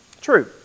True